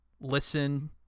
listen